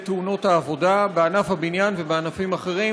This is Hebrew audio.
תאונות העבודה בענף הבניין ובענפים אחרים,